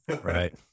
right